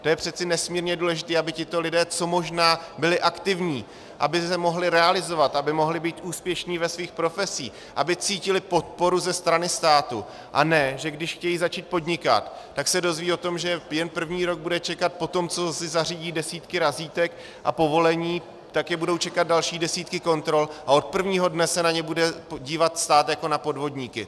Je přece nesmírně důležité, aby tito lidé co možná byli aktivní, aby se mohli realizovat, aby mohli být úspěšní ve svým profesích, aby cítili podporu ze strany státu, a ne že když chtějí začít podnikat, tak se dozvědí o tom, že je první rok bude čekat, poté co si zařídí desítky razítek a povolení, tak je budou čekat další desítky kontrol a od prvního dne se na ně bude dívat stát jako na podvodníky.